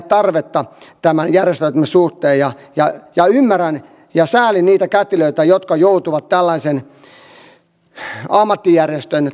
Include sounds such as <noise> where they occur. <unintelligible> tarvetta tämän järjestäytymisen suhteen ymmärrän ja säälin niitä kätilöitä jotka joutuvat tällaisen ammattijärjestön